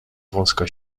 wąska